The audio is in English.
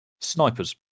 Snipers